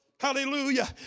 Hallelujah